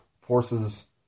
forces